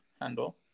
handle